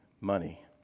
money